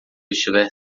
estiver